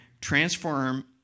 transform